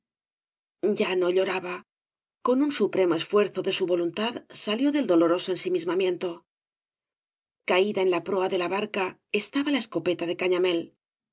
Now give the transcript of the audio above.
ya no lloraba con un supremo esfuerzo de su voluntad salió del doloroso ensimismamiento caída en la proa de la barca estaba la escopeta de